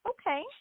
Okay